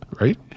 Right